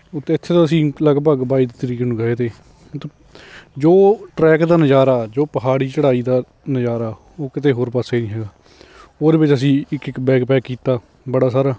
ਉੱਥੇ ਇੱਥੇ ਤੋਂ ਅਸੀਂ ਲਗਭਗ ਬਾਈ ਤਰੀਕ ਨੂੰ ਗਏ ਤੇ ਜੋ ਟਰੈਕ ਦਾ ਨਜ਼ਾਰਾ ਜੋ ਪਹਾੜੀ ਚੜ੍ਹਾਈ ਦਾ ਨਜ਼ਾਰਾ ਉਹ ਕਿਤੇ ਹੋਰ ਪਾਸੇ ਨਹੀਂ ਹੈਗਾ ਉਹਦੇ ਵਿੱਚ ਅਸੀਂ ਇੱਕ ਇੱਕ ਬੈਗ ਪੈਕ ਕੀਤਾ ਬੜਾ ਸਾਰਾ